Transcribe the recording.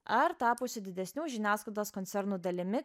ar tapusi didesnių žiniasklaidos koncernų dalimi